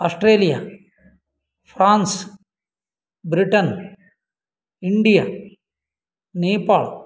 Australia France Britain India Nepal